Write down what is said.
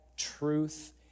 truth